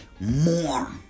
more